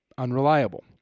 unreliable